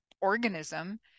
organism